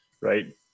Right